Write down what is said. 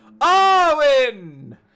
Owen